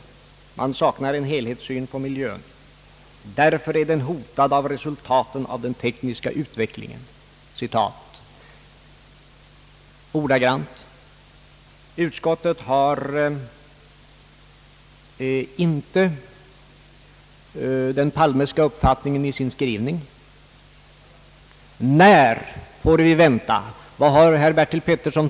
Man saknar en helhetssyn på miljön. Därför är den hotad av resultaten av den tekniska utvecklingen»? Detta är ett ordagrant citat, men den Palmeska uppfattningen återfinns inte i utskottets skrivning. Vilken uppfattning har herr Bertil Petersson?